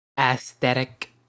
Aesthetic